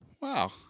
Wow